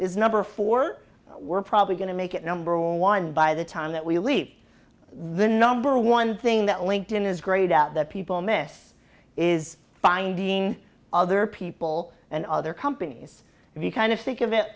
is number four we're probably going to make it number one by the time that we leave the number one thing that linked in is greyed out that people miss is finding other people and other companies if you kind of think of it